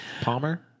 Palmer